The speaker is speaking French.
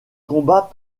combats